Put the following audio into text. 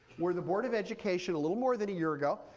where the board of education a little more than a year ago,